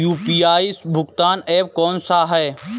UPI भुगतान app कौन सा है?